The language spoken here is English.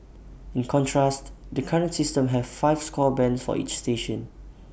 in contrast the current system has five score bands for each station